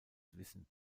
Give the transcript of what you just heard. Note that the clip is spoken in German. wissen